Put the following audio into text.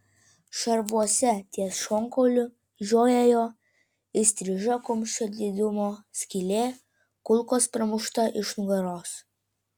šarvuose ties šonkauliu žiojėjo įstriža kumščio didumo skylė kulkos pramušta iš nugaros